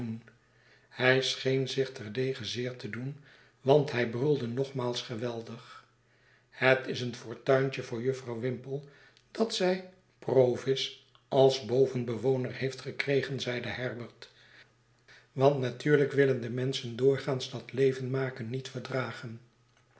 hij scheen zich terdege zeer te doen want hij brulde nogmaals geweldig het is een fortuintje voor jufvrouw whimple dat zij provis als bovenbewoner heeft gekregen zeide herbert want natuurlijk willendemenschen doorgaans dat levenmaken niet verdragen